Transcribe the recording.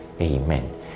Amen